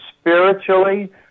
spiritually